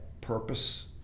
purpose